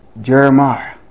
Jeremiah